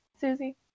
Susie